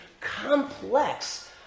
complex